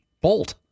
Bolt